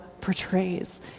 portrays